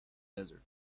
desert